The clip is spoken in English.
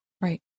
Right